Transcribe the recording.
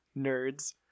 nerds